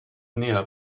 näher